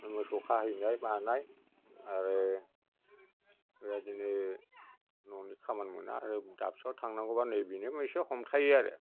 मोसौ खाहैनाय मानाय आरो बेबादिनो न'नि खामानि मोना आरो दाबसेयाव थांनागौबा नै बेनो मोनसे हमथायो आरो